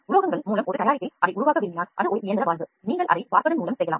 உலோகங்கள் மூலம் ஒரு தயாரிப்பில் அதை உருவாக்க விரும்பினால் நீங்கள் அதை வார்ப்பதன்மூலம் செய்யலாம்